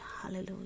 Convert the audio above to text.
hallelujah